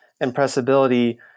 impressibility